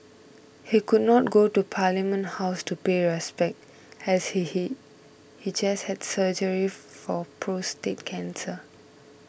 he could not go to Parliament House to pay respect as he he he just had surgery for prostate cancer